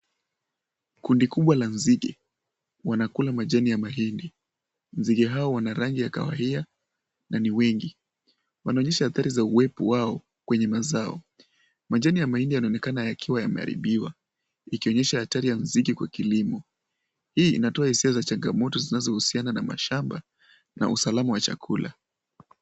Kundi kubwa la nzige, wanakula majani ya mahindi. Nzige hao wana rangi ya kawahia na ni wengi. Wanaonyesha adhari za uwepo wao kwenye mazao. Majani ya mahindi yanaonekana yakiwa yameharibiwa, ikionyesha hatari ya nzige kwa kilimo. Hii inatoa hisia za changamoto zinazohusiana na mashamba na usalama wa chakula.